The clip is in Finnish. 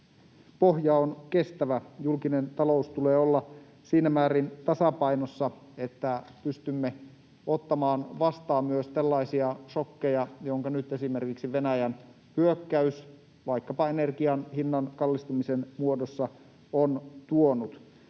pohja on kestävä. Julkisen talouden tulee olla siinä määrin tasapainossa, että pystymme ottamaan vastaan myös tällaisia šokkeja, jonka nyt esimerkiksi Venäjän hyökkäys vaikkapa energian hinnan kallistumisen muodossa on tuonut.